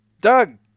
doug